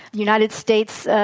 united states,